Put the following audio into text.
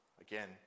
again